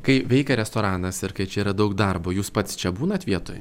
kai veikia restoranas ir kai čia yra daug darbo jūs pats čia būnat vietoj to